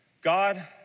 God